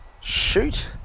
shoot